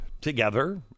together